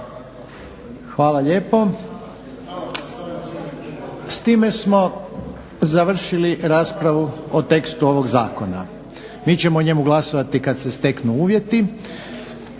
Hvala lijepo. S time smo završili raspravu o tekstu ovog zakona. Mi ćemo o njemu glasovati kad se steknu uvjeti.